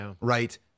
right